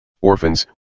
orphans